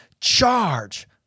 Charge